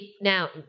now